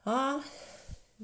ah